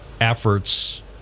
efforts